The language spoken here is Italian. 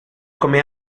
come